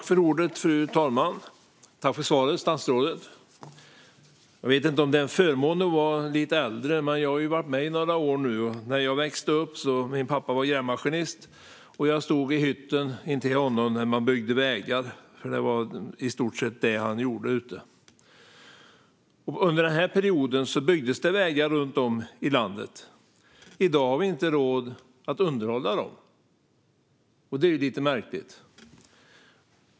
Fru talman! Tack för svaret, statsrådet! Jag vet inte om det är en förmån att vara lite äldre. Jag har ju varit med i några år nu. När jag växte upp var min pappa grävmaskinist. Jag stod i hytten intill honom när han byggde vägar, som i stort sett var det han gjorde. Under den här perioden byggdes det vägar runt om i landet. I dag har vi inte råd att underhålla dem, och det är ju lite märkligt.